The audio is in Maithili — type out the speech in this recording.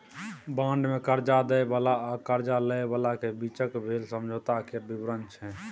बांड मे करजा दय बला आ करजा लय बलाक बीचक भेल समझौता केर बिबरण छै